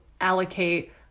allocate